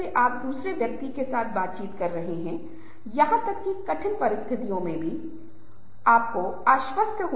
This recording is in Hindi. सहानुभूति का अर्थ है अपने आप को उस विशेष स्थिति में रखना और मुद्दों समस्या को समझने की कोशिश करना